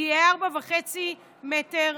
יהיה 4.5 מ"ר.